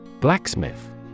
Blacksmith